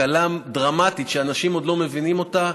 הקלה דרמטית שאנשים עוד לא מבינים אותה,